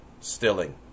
stilling